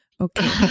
Okay